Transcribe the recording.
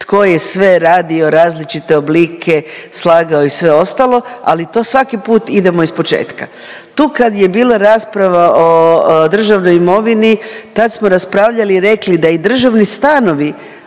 tko je sve radio različite oblike, slagao i sve ostalo, ali to svaki put idemo ispočetka. Tu kad je bila rasprava o državnoj imovini tad smo raspravljali i rekli da i državni stanovi